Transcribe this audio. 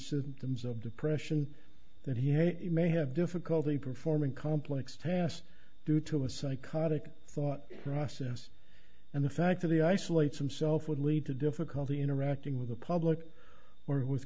symptoms of depression that he may have difficulty performing complex tasks due to a psychotic thought process and the fact that the isolates himself would lead to difficulty interacting with the public or with